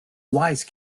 wise